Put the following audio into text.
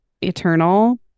eternal